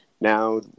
Now